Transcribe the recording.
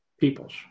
peoples